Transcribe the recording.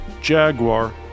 Jaguar